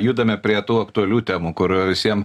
judame prie tų aktualių temų kur visiem